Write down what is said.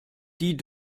die